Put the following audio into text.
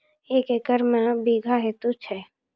एक एकरऽ मे के बीघा हेतु छै?